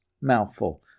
mouthful